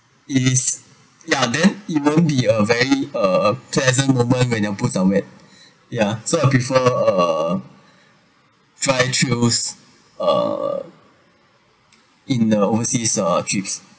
it is ya then it won't be a very uh pleasant moment when your boots are wet yeah so I prefer uh dry shoes uh in the overseas uh trips